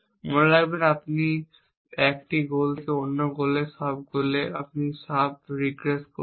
মনে রাখবেন আপনি 1 গোল থেকে অন্য সাব গোল থেকে অন্য সাব গোলে অন্য সাব এ রিগ্রেস করছেন